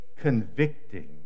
convicting